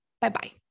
Bye-bye